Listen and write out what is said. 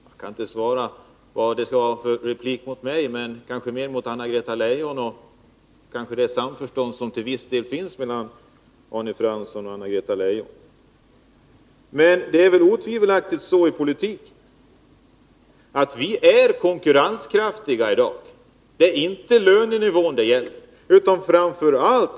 Jag kan inte förstå varför han säger det i en replik till mig. Det borde snarare vara riktat till Anna-Greta Leijon, trots det samförstånd som till viss del finns mellan Arne Fransson och henne. Otvivelaktigt är det så i politiken att vi i dag är konkurrenskraftiga. Det är inte lönenivån det gäller.